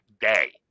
day